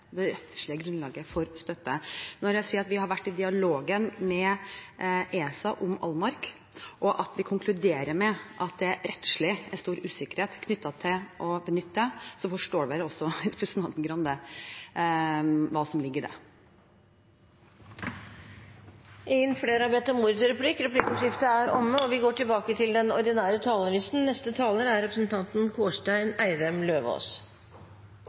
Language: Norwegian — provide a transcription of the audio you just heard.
rettslige grunnlag for støtte. Når jeg sier at vi har vært i dialog med ESA om Altmark, og at vi konkluderer at det rettslig er stor usikkerhet knyttet til å benytte de kriteriene, forstår vel også representanten Grande hva som ligger i det. Replikkordskiftet er over. Jeg har ikke vært her så veldig lenge, men det er